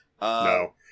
No